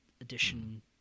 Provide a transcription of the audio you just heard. edition